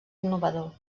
innovador